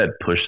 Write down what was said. push